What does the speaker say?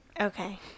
Okay